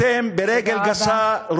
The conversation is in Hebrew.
אתם ברגל גסה, תודה רבה.